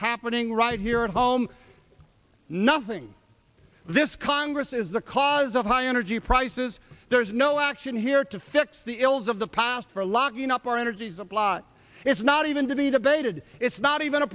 happening right here at home nothing this congress is the cause of high energy prices there's no action here to fix the ills of the past for locking up our energies a blot it's not even to be debated it's not even a